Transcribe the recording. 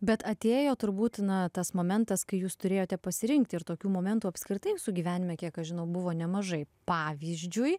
bet atėjo turbūt na tas momentas kai jūs turėjote pasirinkti ir tokių momentų apskritai gyvenime kiek aš žinau buvo nemažai pavyzdžiui